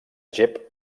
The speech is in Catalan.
gep